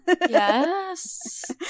Yes